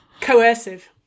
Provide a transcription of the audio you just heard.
coercive